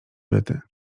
byty